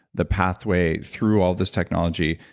the pathway through all this technology,